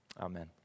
Amen